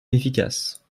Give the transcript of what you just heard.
inefficace